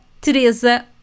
Teresa